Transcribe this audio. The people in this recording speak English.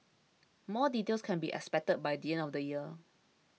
more details can be expected by the end of the year